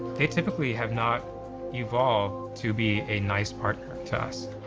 they typically have not evolved to be a nice partner to us.